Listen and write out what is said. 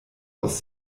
aus